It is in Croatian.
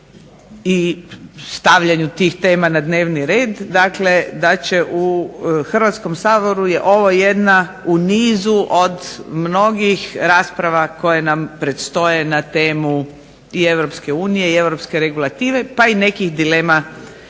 i stavljanju tih tema na dnevni red, dakle da će u Hrvatskom saboru je ovo jedna u nizu od mnogih rasprava koje nam predstoje na temu i Europske unije i europske regulative pa i nekih dilema koje